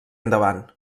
endavant